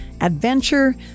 adventure